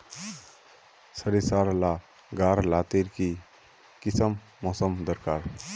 सरिसार ला गार लात्तिर की किसम मौसम दरकार?